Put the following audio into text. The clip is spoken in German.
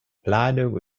planung